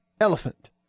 elephant